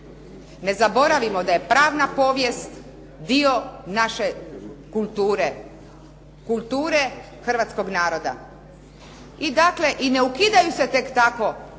Ne zaboravimo da je pravna povijest dio naše kulture, kulture hrvatskoga naroda. I dakle, i ne ukidaju se tek tako